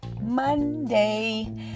monday